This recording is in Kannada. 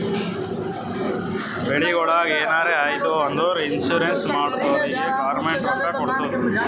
ಬೆಳಿಗೊಳಿಗ್ ಎನಾರೇ ಆಯ್ತು ಅಂದುರ್ ಇನ್ಸೂರೆನ್ಸ್ ಮಾಡ್ದೊರಿಗ್ ಗೌರ್ಮೆಂಟ್ ರೊಕ್ಕಾ ಕೊಡ್ತುದ್